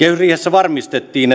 varmistettiin